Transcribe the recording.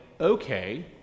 okay